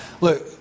Look